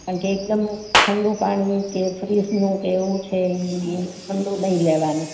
કારણકે એકદમ ઠંડુ પાણી કે ફ્રિજનું કેવું છે ઈ ઠંડુ નઇ લેવાનું